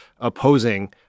opposing